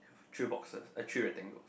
three boxes eh three rectangles